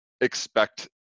expect